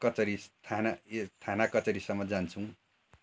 कचहरी थाना ए थाना कचहरीसम्म जान्छौँ